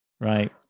Right